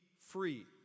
free